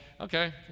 Okay